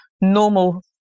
normal